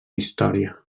història